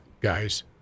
guys